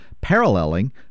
paralleling